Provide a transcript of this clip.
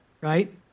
Right